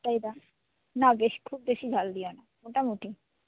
তাই দাও না বেশি খুব বেশি ঝাল দিও না মোটামুটি